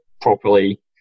properly